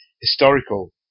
historical